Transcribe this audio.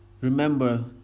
Remember